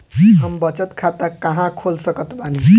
हम बचत खाता कहां खोल सकत बानी?